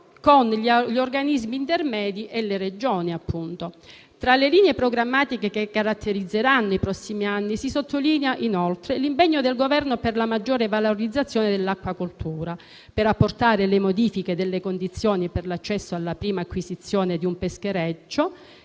con gli organismi intermedi e le Regioni, appunto. Tra le linee programmatiche che caratterizzeranno i prossimi anni, si sottolinea inoltre l'impegno del Governo per la maggiore valorizzazione dell'acquacoltura, per apportare modifiche alle condizioni per l'accesso alla prima acquisizione di un peschereccio